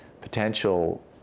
potential